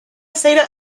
say